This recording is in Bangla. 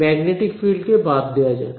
ম্যাগনেটিক ফিল্ড কে বাদ দেওয়া যাক